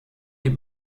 die